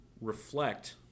reflect—